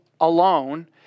alone